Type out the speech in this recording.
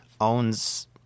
owns